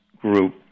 group